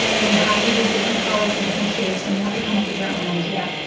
but you have to use different colors and different shapes and you have to come up with your own idea.